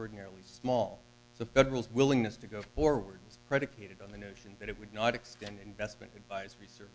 ordinarily small the federal willingness to go forward is predicated on the notion that it would not extend investment advisor